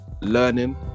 learning